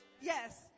Yes